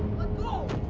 go!